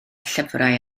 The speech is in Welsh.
llyfrau